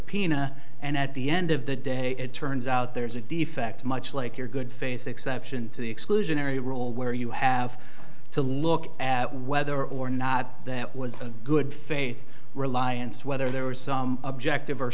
subpoena and at the end of the day it turns out there's a defect much like your good faith exception to the exclusionary rule where you have to look at whether or not that was a good faith reliance whether there was some objective o